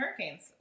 Hurricanes